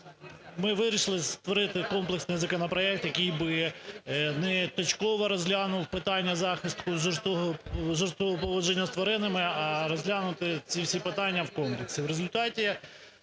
ми вирішили створити комплексний законопроект, який би не точково розглянув питання захисту жорсткого поводження з тваринами, а розглянути ці всі питання в комплексі.